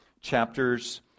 chapters